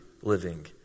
living